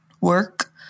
work